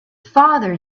father